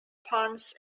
puns